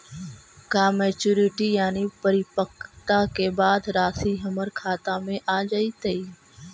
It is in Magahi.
का मैच्यूरिटी यानी परिपक्वता के बाद रासि हमर खाता में आ जइतई?